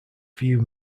view